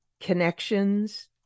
connections